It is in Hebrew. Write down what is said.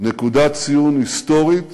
נקודת ציון היסטורית